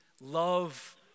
love